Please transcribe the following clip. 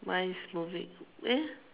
mine is moving eh